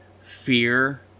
fear